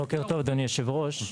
בוקר טוב אדוני יושב הראש,